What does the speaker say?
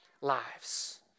lives